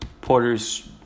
Porter's